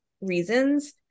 reasons